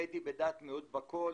הייתי בדעת מיעוט בכל.